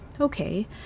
okay